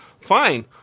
Fine